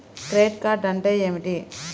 Credit card అంటే ఏమిటి?